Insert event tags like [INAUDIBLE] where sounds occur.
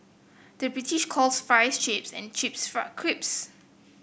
the British calls fries chips and chips [UNINTELLIGIBLE]